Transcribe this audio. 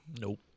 Nope